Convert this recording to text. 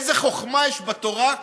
איזו חוכמה יש בתורה,